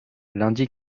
lundi